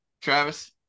Travis